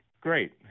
Great